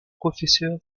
professeur